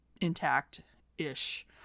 intact-ish